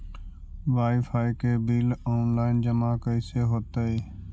Wifi के bill online जमा कैसे होतै?